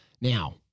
Now